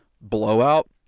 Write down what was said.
blowout